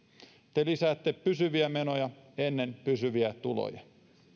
te lisäätte pysyviä menoja ennen pysyviä tuloja